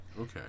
okay